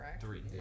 Three